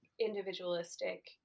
individualistic